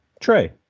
Trey